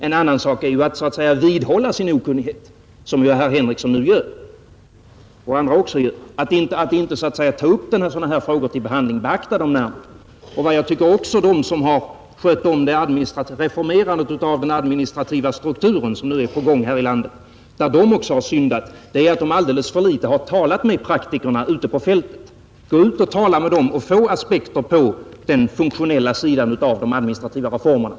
En annan sak är att framhärda i sin okunnighet, som herr Henrikson och andra nu gör, och inte ta upp dessa frågor till behandling och beakta dem närmare. De som svarar för den reformering av den administrativa strukturen, som nu är på gång här i landet, tycker jag har syndat genom att alldeles för litet ha talat med praktikerna ute på fältet. Gå ut och tala med dem och få aspekter på den funktionella sidan av de administrativa reformerna!